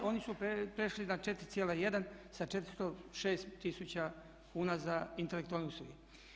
Oni su prešli na 4,1 sa 406 tisuća kuna za intelektualne usluge.